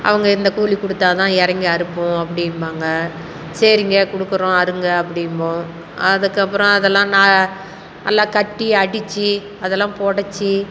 அவங்க இந்த கூலி கொடுத்தாதான் இறங்கி அறுப்போம் அப்படிம்பாங்க சரிங்க குடுக்கிறோம் அறுங்கள் அப்படிம்போம் அதுக்கப்புறம் அதெல்லாம் நல்லா கட்டி அடித்து அதெல்லாம் பொடைச்சி